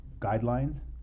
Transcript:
guidelines